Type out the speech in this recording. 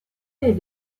est